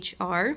HR